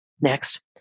Next